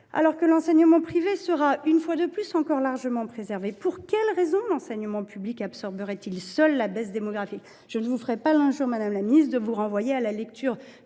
même que l’enseignement privé sera une fois de plus largement préservé. Pour quelle raison l’enseignement public absorberait il seul la baisse démographique ? Très bonne question ! Je ne vous ferai pas l’injure, madame la ministre, de vous renvoyer à la lecture